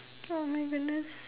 !oh-my-goodness!